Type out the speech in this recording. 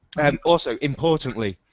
and also importantly,